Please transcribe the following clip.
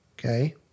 okay